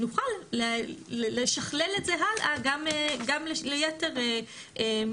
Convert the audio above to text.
ונוכל לשכלל את זה הלאה גם ליתר צווי